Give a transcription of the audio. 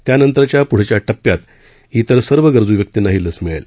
त्यानंतरच्या प्ढच्या टप्प्यात इतर सर्व गरजू व्यक्तींनाही लस मिळेल